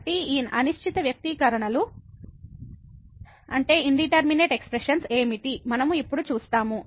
కాబట్టి ఈ అనిశ్చిత వ్యక్తీకరణలు ఇన్డిటెర్మినేట్ ఎక్స్ప్రెషన్స్ ఏమిటి మనము ఇప్పుడు చూస్తాము